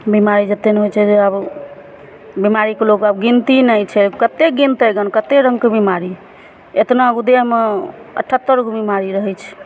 बिमारी जेतेक ने होइ छै जे आब बिमारीके लोग आब गिनती नहि छै अब कतेक गिनतै गन कतेक रङ्गके बिमारी एतना गो देहमे अठत्तरगो बिमारी रहै छै